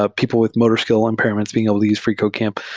ah people with motor skill impairments being able to use freecodecamp.